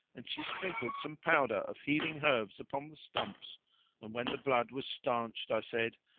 and she sprinkled some powder of healing herbs upon the stumps and when the blood was stanched, i said,